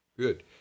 Good